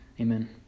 Amen